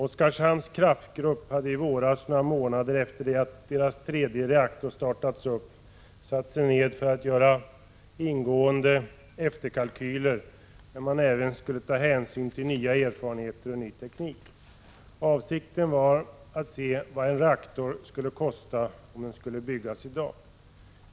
Oskarshamns kraftgrupp hade i våras, några månader efter det att dess tredje reaktor startats, satt sig ned för att göra ingående efterkalkyler, där även hänsyn skulle tas till nya erfarenheter och ny teknik. Avsikten var att se vad en reaktor skulle kosta om den skulle byggas i dag.